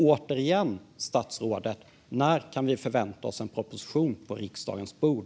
När kan vi förvänta oss, statsrådet, en proposition på riksdagens bord?